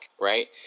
right